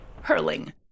hurling